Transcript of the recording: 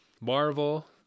Marvel